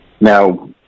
Now